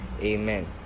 amen